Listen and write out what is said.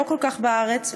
לא כך בארץ,